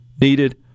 needed